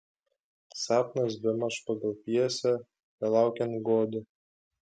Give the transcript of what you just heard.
sapnas bemaž pagal pjesę belaukiant godo